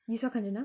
you saw kanchana